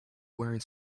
wearing